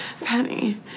Penny